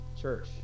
church